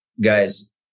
guys